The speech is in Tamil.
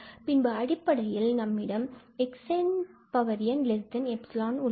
பின்பு அடிப்படையில் நம்மிடம் xnn𝜖 உள்ளது